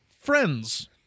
Friends